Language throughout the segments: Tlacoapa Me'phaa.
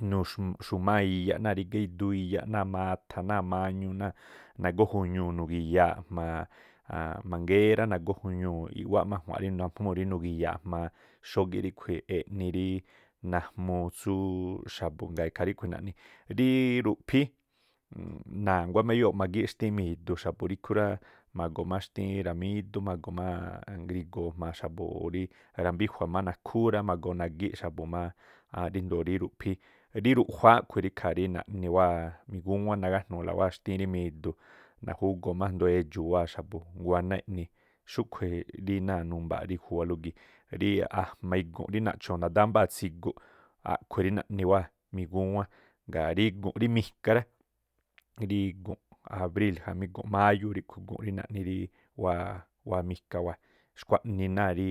nuxu̱máa̱ iyaꞌ náa̱ rígá iduu iyaꞌ náa̱ matha náa̱ mañu, náa̱ nagó juñuu̱ nugi̱yaa̱ꞌ jma̱a mangera i̱ꞌwáꞌ má a̱jua̱nꞌ rí najmúu̱ nugi̱̱yaa̱ꞌ jma̱a xógíꞌ ríꞌkhui̱ eꞌni rí najmuu tsú xa̱bu̱, ngaa̱ ikhaa ríꞌkhui̱ naꞌni. Rií ruꞌphíí na̱nguá má eyóo̱ magíꞌ xtiín mi̱du̱ rí ikhú rá, magoo má xtiín ra̱mídú ngrigo̱o̱ xa̱bu̱ o rí rambíjua̱ má nakhúú rá, magoo nagíꞌ xa̱bu̱ má ríndoo̱ rí ruꞌphíí. Rí ruaꞌjuáá a̱ꞌkhui̱ ríkhaa rí naꞌni wáa̱ migúwán, nagájnu̱u̱la wáa̱ xtíín rí mi̱du̱ najugoo má a̱jndo̱o edxuu wáa̱ xa̱bu̱ nguáná eꞌni. Xúꞌkhui̱i̱ rí ná̱a numbaaꞌ ríkhuwalú gii̱, rí ajma̱ igu̱nꞌ rí naꞌcho̱o̱ nadámbáa̱ tsiguꞌ, a̱ꞌkhui̱ rí naꞌni wáa̱ migúwán. Gaa̱ rí gu̱n rí mika rá rí gu̱nꞌ abríl jamí gu̱nꞌ máyú ríꞌkhu̱ gu̱nꞌ rí naꞌni wáa̱ mika wáa̱ xkhua̱ꞌnii náa̱ rí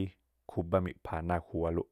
khúbá miꞌpha̱a̱ náa̱ khuwalú.